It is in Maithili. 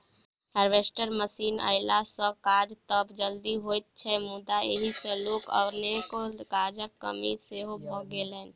हार्वेस्टर मशीन अयला सॅ काज त जल्दी होइत छै मुदा एहि सॅ लोक सभके काजक कमी सेहो भ गेल छै